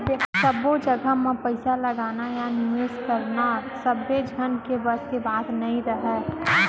सब्बे जघा म पइसा लगाना या निवेस करना सबे झन के बस के बात नइ राहय